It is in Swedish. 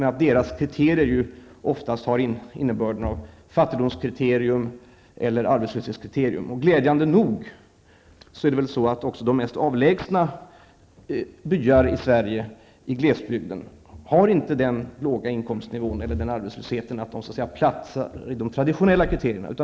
Men deras kriterier innebär oftast ett fattigdomskriterium eller ett arbetslöshetskriterium. Glädjande nog har inte ens de mest avlägsna byar i Sverige, i glesbygden, den låga inkomstnivå eller den arbetslöshet som gör att de ''platsar'' i de traditionella kriterierna.